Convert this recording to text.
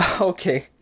Okay